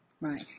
Right